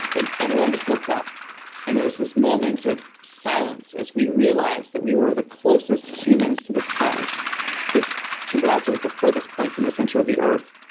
and everyone just looked up and there was this moment of silence as we realized that we were the closest humans to the stars because chimborazo was the furthest point from the center of the earth,